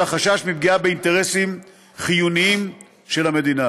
החשש מפגיעה באינטרסים חיוניים של המדינה,